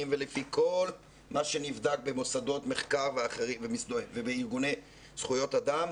ולפי כל מה שנבדק במוסדות מחקר ובארגוני זכויות אדם.